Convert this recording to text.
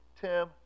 Tim